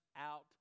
out